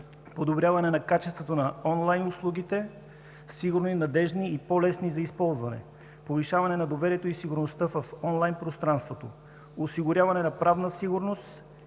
подобряване качеството на онлайн услугите, сигурни, надеждни и по-лесни за използване, повишаване доверието и сигурността в онлайн пространството, осигуряване на правна сигурност